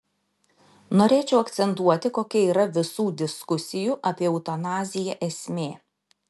norėčiau akcentuoti kokia yra visų diskusijų apie eutanaziją esmė